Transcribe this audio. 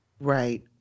Right